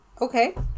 Okay